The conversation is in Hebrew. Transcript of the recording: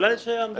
אולי שיעמדו?